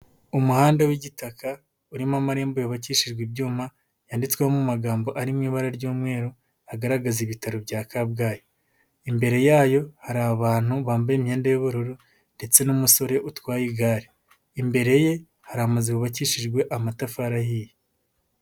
Umuhanda w'igitaka, urimo amarembo yubakishijwe ibyuma, yanditsweho mu magambo ari mu ibara ry'umweru, agaragaza ibitaro bya Kabgayi, imbere yayo hari abantu bambaye imyenda y'ubururu, ndetse n'umusore utwaye igare, imbere ye hari amazu yubakishijwe amatafari ahiye.